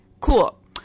cool